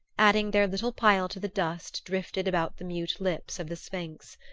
adding their little pile to the dust drifted about the mute lips of the sphinx.